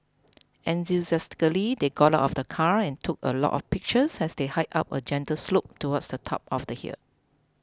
enthusiastically they got out of the car and took a lot of pictures as they hiked up a gentle slope towards the top of the hill